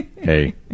Hey